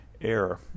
error